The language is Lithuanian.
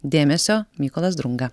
dėmesio mykolas drunga